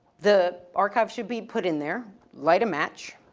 the archive should be put in there, light a match,